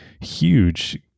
huge